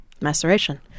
Maceration